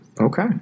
Okay